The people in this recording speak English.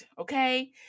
okay